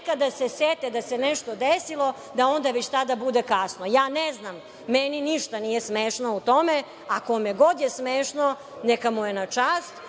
da se nešto desilo da onda tada već bude kasno. Ne znam, meni ništa nije smešno u tome. Ako kome god je smešno neka mu je na čast,